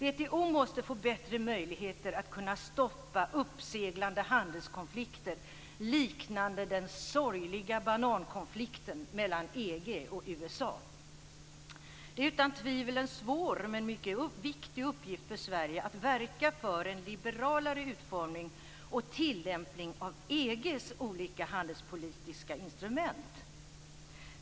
WTO måste få bättre möjligheter att stoppa uppseglande handelskonflikter liknande den sorgliga banankonflikten mellan EG och USA. Det är utan tvivel en svår men mycket viktig uppgift för Sverige att verka för en liberalare utformning och tillämpning av EG:s olika handelspolitiska instrument.